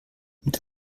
mit